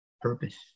Purpose